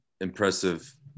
impressive